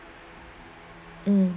um